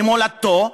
ממולדתו,